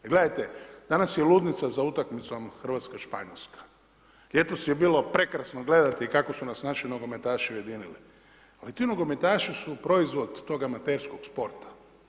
Jel' gledajte, danas je ludnica za utakmicom Hrvatska-Španjolska, ljetos je bilo prekrasno gledati kako su nas naši nogometaši ujedinili, ali ti nogometaši su proizvod tog amaterskog sporta.